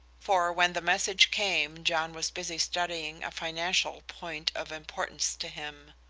for when the message came john was busy studying a financial point of importance to him.